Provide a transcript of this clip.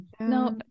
no